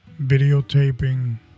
videotaping